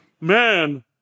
man